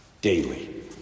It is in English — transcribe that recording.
Daily